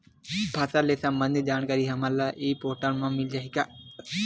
फसल ले सम्बंधित जानकारी हमन ल ई पोर्टल म मिल जाही का?